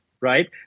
right